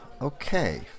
okay